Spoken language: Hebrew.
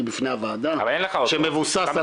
בפני הוועדה שמבוסס על -- אבל אין לך אותו,